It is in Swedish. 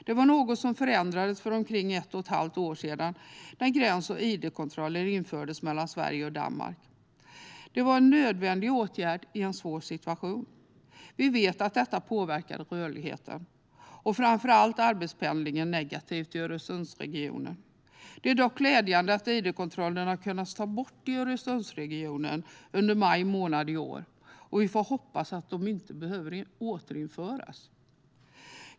Det förändrades för omkring ett och ett halvt år sedan när gräns och id-kontroller infördes mellan Sverige och Danmark. Det var en nödvändig åtgärd i en svår situation. Vi vet att det påverkade rörligheten negativt, framför allt arbetspendlingen i Öresundsregionen. Det är dock glädjande att id-kontrollerna har kunnat tas bort i Öresundsregionen under maj månad i år. Vi hoppas att de inte behöver återinföras.